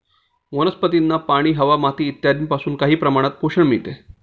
वनस्पतींना पाणी, हवा, माती इत्यादींपासून काही प्रमाणात पोषण मिळते